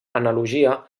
analogia